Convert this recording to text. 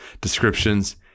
descriptions